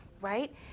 right